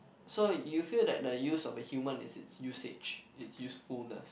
so you feel that the use of a human is its usage it's usefulness